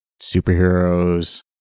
superheroes